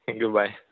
Goodbye